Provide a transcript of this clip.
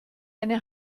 eine